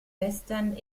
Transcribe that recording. western